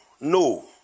no